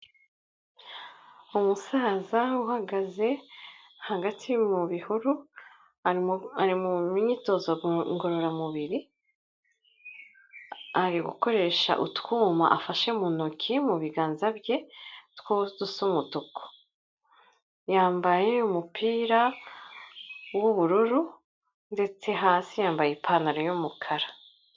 Umusaza uhagaze hagati mu bihuru ari mu myitozo ngororamubiri ari gukoresha utwuma afashe mu ntoki mu biganza bye dusa umutuku yambaye umupira w'ubururu ndetse hasi yambaye ipantaro yumukara.